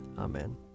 Amen